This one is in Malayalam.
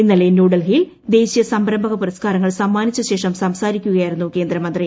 ഇന്നലെ ന്യൂഡൽഹിയിൽ ദേശീയ സംരംഭക പുരസ്കാരങ്ങൾ സമ്മാനിച്ച ശേഷം സംസാരിക്കുകയായിരുന്നു കേന്ദ്രമന്ത്രി